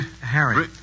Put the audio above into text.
Harry